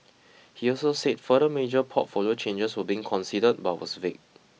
he also said further major portfolio changes were being considered but was vague